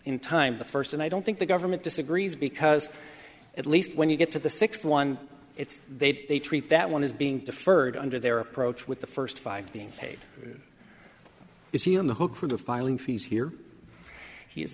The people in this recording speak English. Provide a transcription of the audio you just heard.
in time the first and i don't think the government disagrees because at least when you get to the sixth one it's they treat that one is being deferred under their approach with the first five being paid is he on the hook for the filing fees here he is